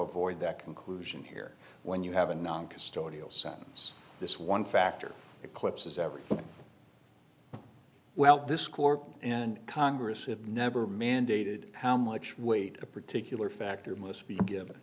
avoid that conclusion here when you have a non custodial sentence this one factor eclipses every well this court and congress have never mandated how much weight a particular factor must be